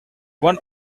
one